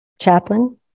chaplain